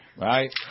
right